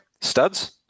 studs